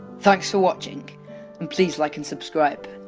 thanks for watching and please like and subscribe.